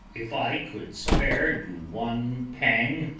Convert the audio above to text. if i could spare you one pang,